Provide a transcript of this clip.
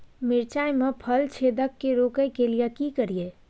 मिर्चाय मे फल छेदक के रोकय के लिये की करियै?